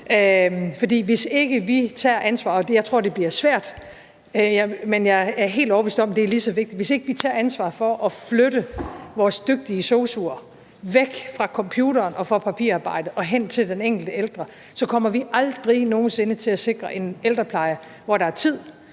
lige så vigtigt – for at flytte vores dygtige sosu'er væk fra computeren og fra papirarbejdet og hen til den enkelte ældre, så kommer vi aldrig nogen sinde til at sikre en ældrepleje, hvor der er tid,